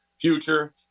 future